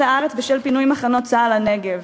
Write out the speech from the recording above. הארץ בשל פינוי מחנות צה"ל והעברתם לנגב.